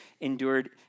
endured